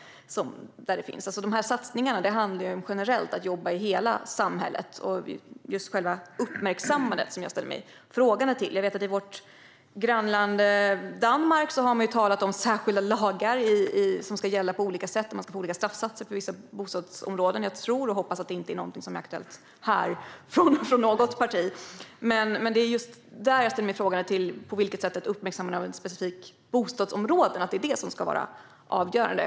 Dessa satsningar handlar om att jobba generellt, i hela samhället. Det är själva uppmärksammandet som jag ställer mig frågande till. I vårt grannland Danmark har man talat om särskilda lagar som ska gälla på olika sätt - man ska få olika straffsatser för olika bostadsområden. Jag tror och hoppas att detta inte är någonting som är aktuellt här från något parti. Jag ställer mig dock frågande till att ett uppmärksammande av ett specifikt bostadsområde ska vara avgörande.